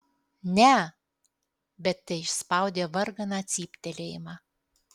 ne bet teišspaudė varganą cyptelėjimą